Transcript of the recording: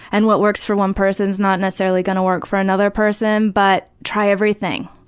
and what works for one person is not necessarily gonna work for another person but try everything.